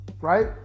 right